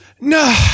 No